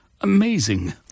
amazing